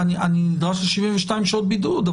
אני נדרש ל-72 שעות בידוד.